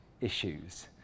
issues